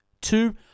Two